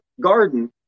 garden